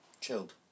Chilled